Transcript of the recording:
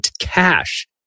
cash